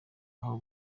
aho